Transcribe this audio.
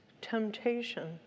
temptation